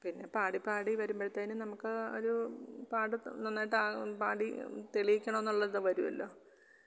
പിന്നെ പാടി പാടി വരുമ്പഴത്തേനും നമുക്ക് ഒരു പാട്ട് ത നന്നായിട്ട് പാടി തെളിയിക്കണമെന്നുള്ള ഇത് വരുവല്ലോ